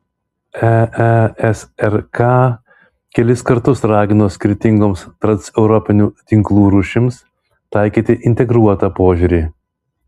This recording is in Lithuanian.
eesrk kelis kartus ragino skirtingoms transeuropinių tinklų rūšims taikyti integruotą požiūrį